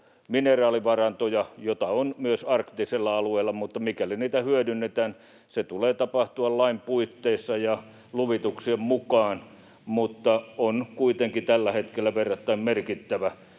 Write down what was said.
mineraalivarantoja, joita on myös arktisella alueella, mutta mikäli niitä hyödynnetään, sen tulee tapahtua lain puitteissa ja luvituksien mukaan. Se on kuitenkin tällä hetkellä verrattain merkittävä,